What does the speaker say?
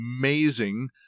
amazing